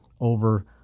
over